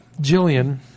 Jillian